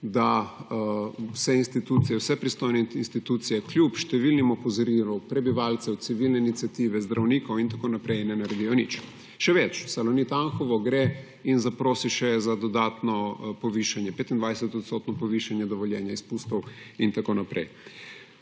da vse pristojne institucije kljub številnim opozorilom prebivalcev, civilne iniciative, zdravnikov in tako naprej ne naredijo ničesar. Še več, Salonit Anhovo gre in zaprosi še za dodatno povišanje, 25-odstotno povišanje dovoljenih izpustov, in tako naprej.